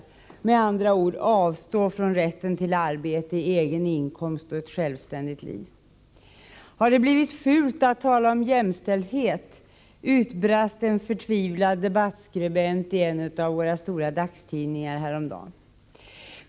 Med andra ord: Avstå från rätten till arbete, egen inkomst och ett självständigt liv! Har det blivit fult att tala om jämställdhet? utbrast en förtvivlad debattskribent i en av våra stora dagstidningar häromdagen.